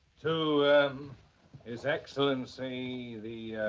to his excellency. the